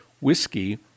whiskey